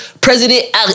President